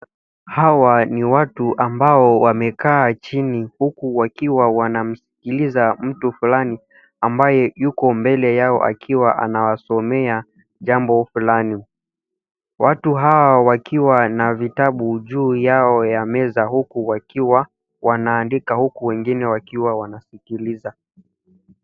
Hawa ni watu ambao wamekaa chini huku wakiwa wanamsikiliza mtu fulani, ambaye yuko mbele yao akiwa anawasomea jambo fulani. Watu hao wakiwa na vitabu juu yao ya meza, huku wakiwa wanaandika, huku wengine wakiwa wanasikiliza.